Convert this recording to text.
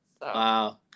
wow